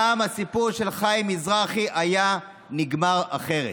גם הסיפור של חיים מזרחי היה נגמר אחרת.